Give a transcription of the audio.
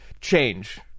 change